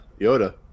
Yoda